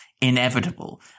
inevitable